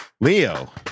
leo